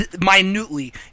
minutely